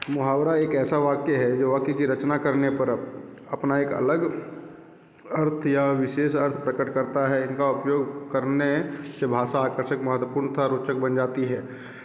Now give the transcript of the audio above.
मुहावरा एक ऐसा वाक्य है जो वाक्य की रचना करने पर अपना एक अलग अर्थ या विशेष अर्थ प्रकट करता है इनका उपयोग करने से भाषा आकर्षक महत्वपूर्ण तथा रोचक बन जाती है